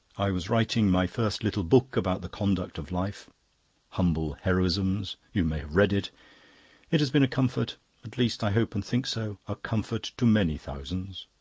i was writing my first little book about the conduct of life humble heroisms. you may have read it it has been a comfort at least i hope and think so a comfort to many thousands.